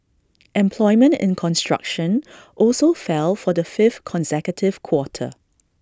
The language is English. employment in construction also fell for the fifth consecutive quarter